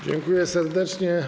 Dziękuję serdecznie.